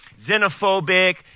xenophobic